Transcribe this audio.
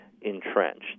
entrenched